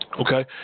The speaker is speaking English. Okay